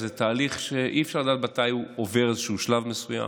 זה תהליך שאי-אפשר לדעת מתי הוא עובר איזשהו שלב מסוים.